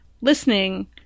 listening